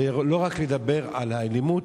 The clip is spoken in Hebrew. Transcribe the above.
ולא רק לדבר על האלימות,